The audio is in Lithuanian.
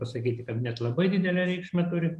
pasakyti kad net labai didelę reikšmę turi